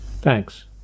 Thanks